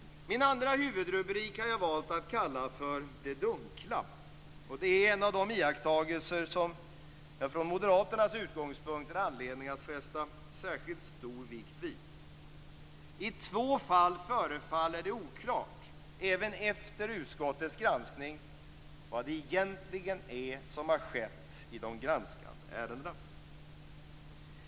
Min andra huvudrubrik har jag valt att kalla för det dunkla. Det är en av de iakttagelser som det från moderaternas utgångspunkt finns anledning att fästa särskilt stor vikt vid. I två fall förefaller det oklart även efter utskottets granskning vad det egentligen är som har skett i de granskade ärendena.